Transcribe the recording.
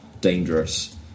dangerous